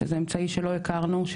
שזה אמצעי שלא הכרנו,